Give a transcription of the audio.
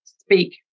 speak